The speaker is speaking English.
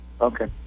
Okay